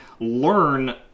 learn